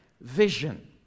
vision